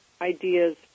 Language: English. ideas